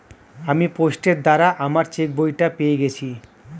আমি পোস্টের দ্বারা আমার চেকবইটা পেয়ে গেছি